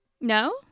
No